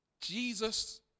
Jesus